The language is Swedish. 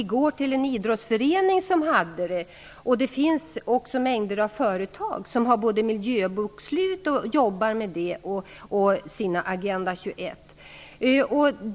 I går besökte jag en idrottsförening som har en Agenda 21. Det finns också mängder av företag som har både miljöbokslut och egna Agenda 21.